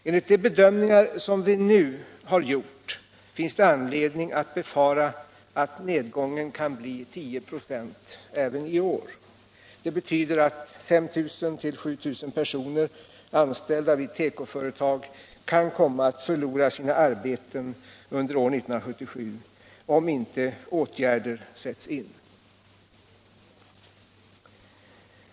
Enligt de bedömningar som vi nu har gjort finns det anledning befara att nedgången kan bli 10 26 även i år. Det betyder att 5 000-7 000 personer anställda vid tekoföretag kan komma att förlora sina arbeten under år 1977 om inte åtgärder sätts in.